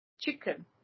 Chicken